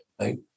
Right